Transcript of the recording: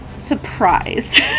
surprised